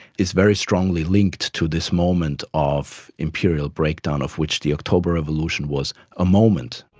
is very strongly linked to this moment of imperial breakdown, of which the october revolution was a moment.